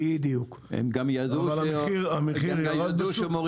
אבל המחיר ירד בשום?